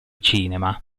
cinema